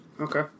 Okay